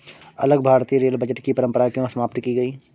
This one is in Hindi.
अलग भारतीय रेल बजट की परंपरा क्यों समाप्त की गई?